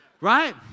right